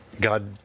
God